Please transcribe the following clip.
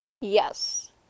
Yes